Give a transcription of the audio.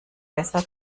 besser